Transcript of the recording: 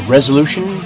Resolution